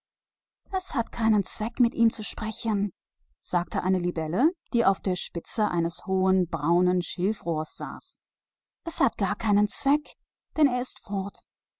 es hat keinen zweck ihm was zu erzählen sagte eine libelle die auf einer großen braunen binse saß gar keinen zweck denn er ist